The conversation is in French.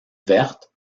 vertes